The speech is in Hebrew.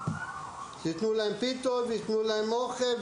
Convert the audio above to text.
שיתנו להם פיתות ויתנו להם אוכל,